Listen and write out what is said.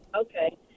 Okay